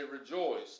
rejoice